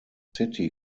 city